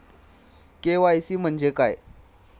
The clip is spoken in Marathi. के.वाय.सी म्हणजे काय आहे?